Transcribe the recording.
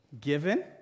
given